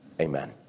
Amen